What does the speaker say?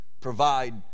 provide